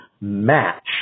match